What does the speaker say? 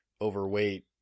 overweight